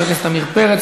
חבר הכנסת עמיר פרץ,